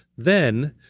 then,